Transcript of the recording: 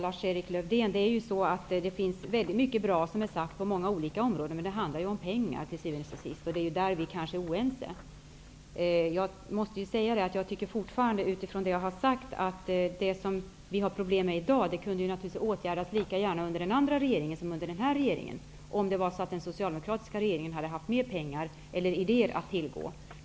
Herr talman! Det har sagts mycket som är bra på många olika områden, Lars-Erik Lövdén, men det handlar till syvende och sist om pengar. Där är vi kanske oense. Jag måste säga att jag fortfarande tycker, med utgångspunkt i det jag har sagt, att det som vi har problem med i dag lika gärna kunde ha åtgärdats av den förra regeringen som av den här regeringen, om den socialdemokratiska regeringen hade haft mera pengar eller idéer att tillgå.